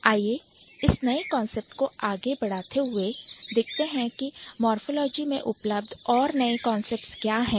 आइए इस नए concept को आगे बढ़ाते हुए देखते हैं कि Morphology आकृति विज्ञान में उपलब्ध और नए concepts क्या है